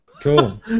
Cool